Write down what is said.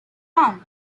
round